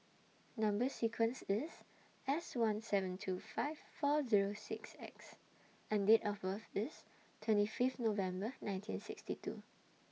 Number sequence IS S one seven two five four Zero six X and Date of birth IS twenty Fifth November nineteen sixty two